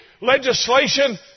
legislation